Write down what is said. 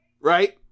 right